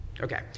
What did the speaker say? Okay